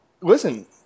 listen